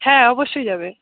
হ্যাঁ অবশ্যই যাবে